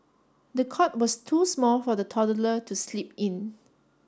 the cot was too small for the toddler to sleep in